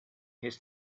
his